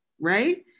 right